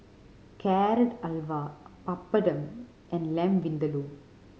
Carrot Halwa Papadum and Lamb Vindaloo